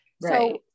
Right